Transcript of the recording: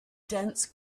dense